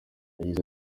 yagize